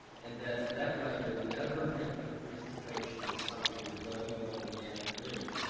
and that that way you're never having a presentation on something you're voting on in the afternoon,